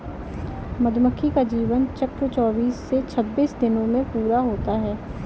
मधुमक्खी का जीवन चक्र चौबीस से छब्बीस दिनों में पूरा होता है